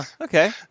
okay